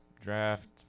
draft